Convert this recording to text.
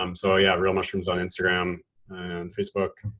um so yeah, real mushrooms on instagram and facebook.